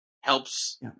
helps